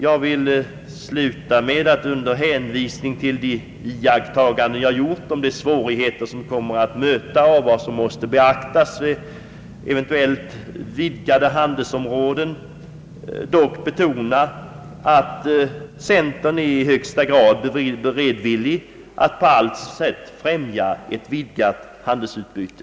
Jag vill avsluta mitt anförande med att under hänvisning till de iakttaganden som jag här gjort om de svårigheter som kommer att möta och vad som måste beaktas vid ett eventuellt inträde i ett vidgat handelsområde dock betona, att centern i högsta grad är beredvillig att på allt sätt främja ett vidgat handelsutbyte.